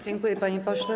Dziękuję, panie pośle.